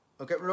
okay